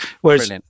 Whereas